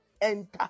enter